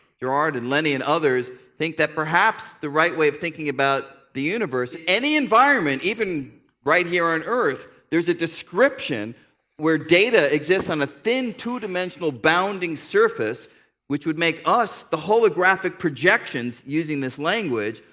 gerard and lenny and others, think that perhaps the right way of thinking about the universe in any environment, even right here on earth, there's a description where data exists on a thin two-dimensional bounding surface which would make us the holographic projections, using this language,